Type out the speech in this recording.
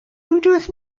unos